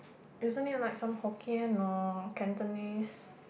isn't it like some Hokkien or Cantonese